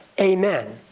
Amen